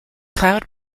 cloud